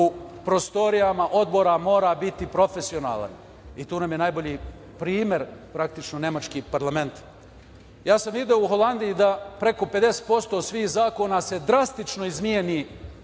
u prostorijama odbora mora biti profesionalan i tu nam je najbolji primer nemački parlament. Video sam u Holandiji da preko 50% svih zakona se drastično izmeni